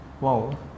wow